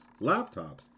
laptops